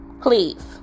Please